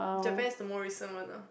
Japan is the more recent one lah